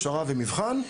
הכשרה ומבחן,